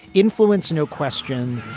influence, no question